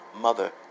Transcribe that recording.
mother